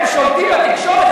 ואיך הם שולטים בתקשורת.